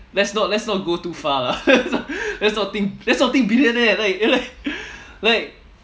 let's not let's not go too far lah let's not think let's not think billionaire like like like